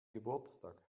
geburtstag